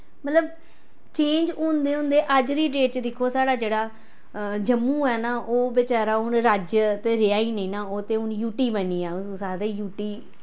मतलब चेंज होंदे होंदे अज्ज दी डेट च दिक्खो साढ़ा जेह्ड़ा जम्मू ऐ ओह् बचैरा हून राज्य ते रेहा ही नेईं ना ओह् ते यू टी बनी गेआ उस्सी तुस आखदे यू टी